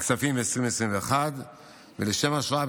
הכספים 2021. לשם ההשוואה,